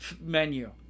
menu